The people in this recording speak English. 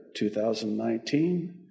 2019